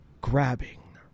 grabbing